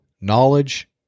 knowledge